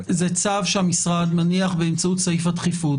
צו שהמשרד מניח באמצעות סעיף הדחיפות,